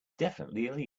definitively